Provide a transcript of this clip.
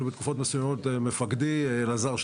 בתקופות מסוימות מפקדי - אלעזר שטרן,